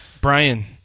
Brian